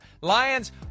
Lions